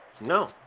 No